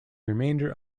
remainder